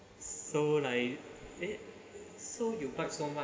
so like eh so you bike so much